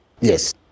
Yes